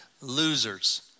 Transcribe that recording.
losers